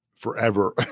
forever